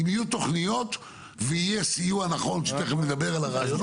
אם יהיו תוכניות ויהיה סיוע נכון שתיכף נדבר על הרעיונות,